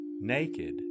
Naked